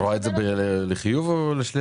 את רואה את זה לחיוב או לשלילה?